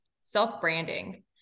self-branding